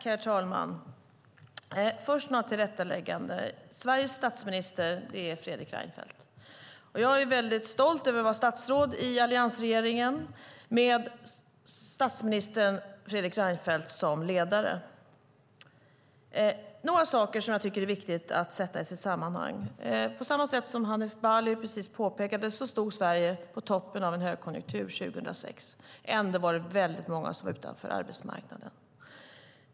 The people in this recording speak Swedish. Herr talman! Låt mig först göra några tillrättalägganden. Fredrik Reinfeldt är Sveriges statsminister. Jag är mycket stolt över att vara statsråd i alliansregeringen med statsminister Fredrik Reinfeldt som ledare. Det finns några saker som jag tycker är viktiga att sätta i sitt sammanhang. Hanif Bali påpekade nyss att Sverige stod på toppen av en högkonjunktur 2006, men ändå var väldigt många utanför arbetsmarknaden.